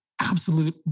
absolute